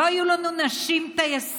לא היו לנו נשים טייסות,